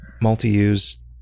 multi-use